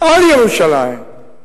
על ירושלים,